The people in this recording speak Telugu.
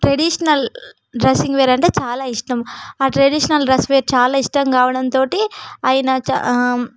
ట్రెడిషనల్ డ్రెస్సింగ్ వేర్ అంటే చాలా ఇష్టం ట్రెడిషనల్ డ్రెస్ వేర్ చాలా ఇష్టం కావడంతోటి ఆయన